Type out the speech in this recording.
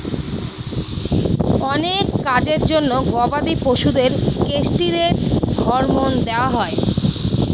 অনেক কাজের জন্য গবাদি পশুদের কেষ্টিরৈড হরমোন দেওয়া হয়